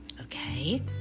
okay